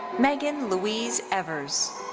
meghan louise evers.